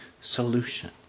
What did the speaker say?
solution